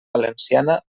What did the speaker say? valenciana